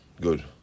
Good